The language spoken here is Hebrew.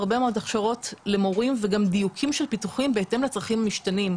הרבה הכשרות של מורים ודיוקים של פיתוחים בהתאם לצרכים המשתנים.